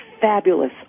fabulous